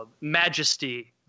majesty—